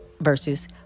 versus